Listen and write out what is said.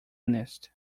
mnist